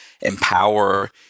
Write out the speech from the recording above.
empower